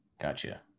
Gotcha